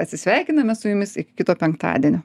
atsisveikiname su jumis iki kito penktadienio